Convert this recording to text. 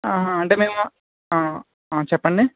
అంటే మేము చెప్పండి